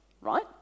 right